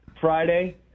Friday